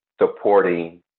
supporting